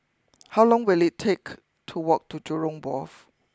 how long will it take to walk to Jurong Wharf